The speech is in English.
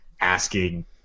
asking